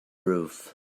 roof